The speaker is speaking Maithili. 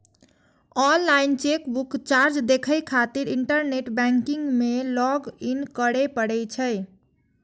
ऑनलाइन चेकबुक चार्ज देखै खातिर इंटरनेट बैंकिंग मे लॉग इन करै पड़ै छै